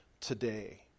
today